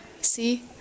See